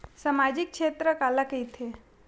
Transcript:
सामजिक क्षेत्र काला कइथे?